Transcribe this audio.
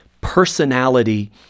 personality